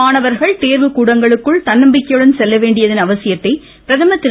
மாணவர்கள் தேர்வு கூடங்களுக்குள் தன்னம்பிக்கையுடன் செல்ல வேண்டியதன் அவசியத்தை பிரதமர் திரு